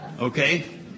Okay